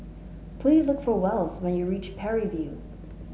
please look for Wells when you reach Parry View